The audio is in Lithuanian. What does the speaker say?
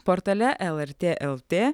portale lrt lt